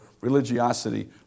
religiosity